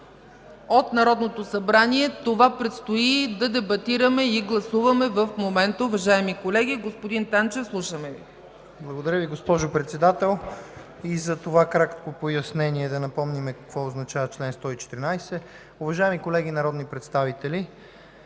от Народното събрание. Това предстои да дебатираме и гласуваме в момента, уважаеми колеги. Господин Танчев, слушаме Ви. ДОКЛАДЧИК СВЕТЛИН ТАНЧЕВ: Благодаря Ви, госпожо Председател, за това кратко пояснение да напомним какво означава чл. 114. Уважаеми колеги народни представители,